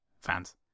Fans